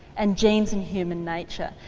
and genes and human nature.